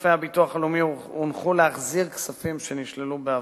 סניפי הביטוח הלאומי הונחו להחזיר כספים שנשללו בעבר.